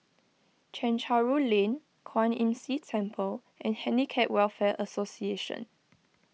Chencharu Lane Kwan Imm See Temple and Handicap Welfare Association